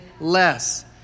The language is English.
less